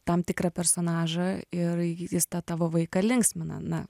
tam tikrą personažą ir jis tą tavo vaiką linksmina na